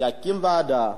יקים ועדה,